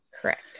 correct